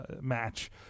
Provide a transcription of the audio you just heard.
match